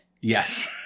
Yes